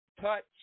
touch